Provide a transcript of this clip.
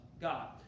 God